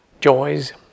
joys